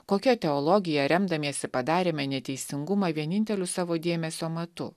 kokia teologija remdamiesi padarėme neteisingumą vieninteliu savo dėmesio matu